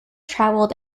traveled